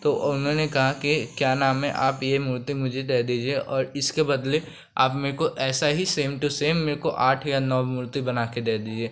तो और मैंने कहा कि क्या नाम है आप यह मूर्ति मुझे दे दीजिए और इसके बदले आप मेरे को ऐसा ही सेम टू सेम मेरे को आठ या नौ मूर्ति बनाकर दे दीजिए